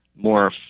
more